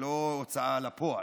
ולא הוצאה לפועל,